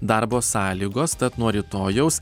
darbo sąlygos tad nuo rytojaus